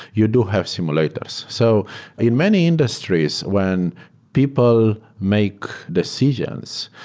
you do have simulators. so in many industries, when people make decisions,